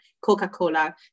Coca-Cola